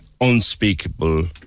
unspeakable